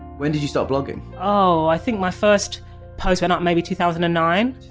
when did you start blogging? oh i think my first post went up maybe two thousand and nine,